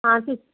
ਹਾਂ